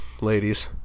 ladies